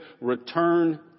return